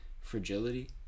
fragility